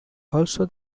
also